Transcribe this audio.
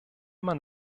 man